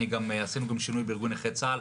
עשינו גם שינוי בארגון נכי צה"ל,